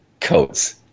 coats